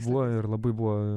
buvo ir labai buvo